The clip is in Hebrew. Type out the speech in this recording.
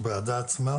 לוועדה עצמה